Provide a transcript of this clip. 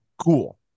cool